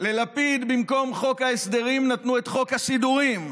ללפיד, במקום חוק ההסדרים נתנו את חוק הסידורים: